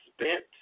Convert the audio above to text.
spent